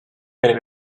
been